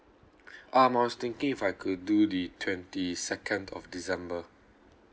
um I was thinking if I could do the twenty second of december